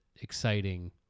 exciting